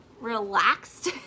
relaxed